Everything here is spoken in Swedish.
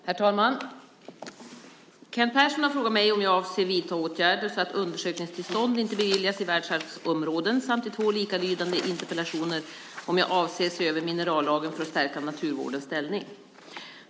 Herr talman! Kent Persson har frågat mig om jag avser att vidta åtgärder så att undersökningstillstånd inte beviljas i världsarvsområden samt i två likalydande interpellationer om jag avser att se över minerallagen för att stärka naturvårdens ställning.